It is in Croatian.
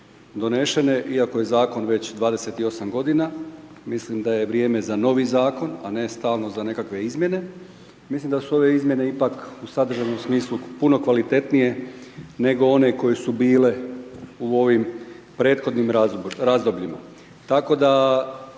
donesene, iako je zakon već 28 g. mislim da je vrijeme za novi zakon, a ne stalno za nekakve izmjene. Mislim da su ove izmjene ipak u sadržajnom smislu puno kalcitnije nego one koje su bile u prethodnim razdobljima. Tako da,